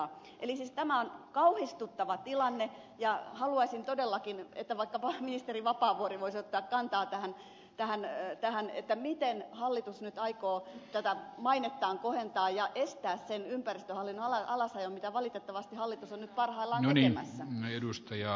eli siis tämä on kauhistuttava tilanne ja haluaisin todellakin että vaikkapa ministeri vapaavuori voisi ottaa kantaa tähän miten hallitus nyt aikoo tätä mainettaan kohentaa ja estää sen ympäristöhallinnon alasajon mitä valitettavasti hallitus on nyt parhaillaan tekemässä